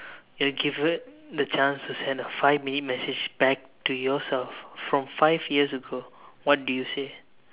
you're given the chance to send a five minute message back to yourself from five years ago what do you say